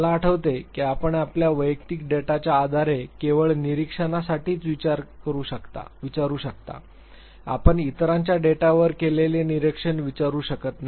मला आठवते की आपण आपल्या वैयक्तिक डेटाच्या आधारे केवळ निरीक्षणासाठीच विचारू शकता आपण इतरांच्या डेटावर केलेले निरीक्षण विचारू शकत नाही